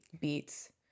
beats